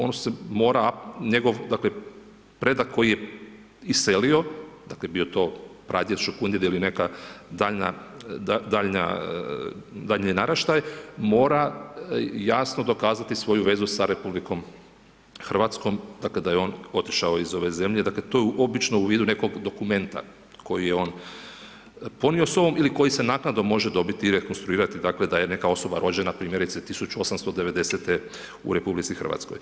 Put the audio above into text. On se mora, dakle njegov predak koji je iselio, dakle bio to pradjed, šukundjed ili neka daljnji naraštaj, mora jasno dokazati svoju vezu sa RH, dakle da je on otišao iz ove zemlje, to je obično u vidu nekog dokumenta koji je on ponio sobom ili koji se naknadno može dobiti, rekonstruirati dakle, da je neka osoba rođena primjerice 1890. u RH.